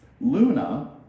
Luna